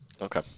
Okay